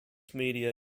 media